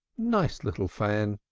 nice little fan!